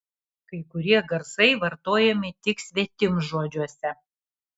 kai kurie garsai vartojami tik svetimžodžiuose